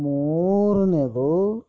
ಮೂರುನೆದು